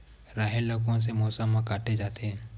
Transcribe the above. राहेर ल कोन से मौसम म काटे जाथे?